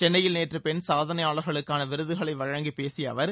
சென்னையில் நேற்று பெண் சாதனையாளர்களுக்கான விருதுகளை வழங்கிப் பேசிய அவர்